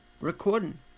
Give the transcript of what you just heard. recording